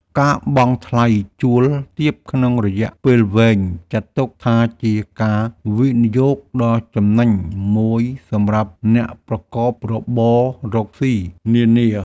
ការបង់ថ្លៃជួលទាបក្នុងរយៈពេលវែងចាត់ទុកថាជាការវិនិយោគដ៏ចំណេញមួយសម្រាប់អ្នកប្រកបរបររកស៊ីនានា។